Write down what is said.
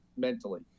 mentally